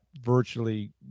virtually